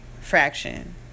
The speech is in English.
fraction